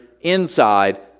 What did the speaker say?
inside